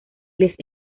les